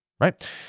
right